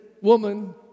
woman